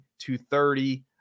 230